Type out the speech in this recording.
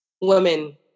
women